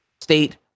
state